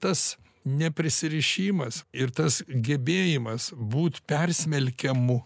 tas neprisirišimas ir tas gebėjimas būti persmelkiamu